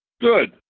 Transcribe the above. Good